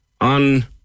on